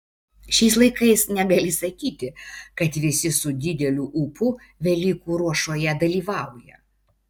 šiais laikais negali sakyti kad visi su dideliu ūpu velykų ruošoje dalyvauja